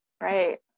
right